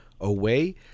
away